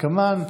כדלקמן: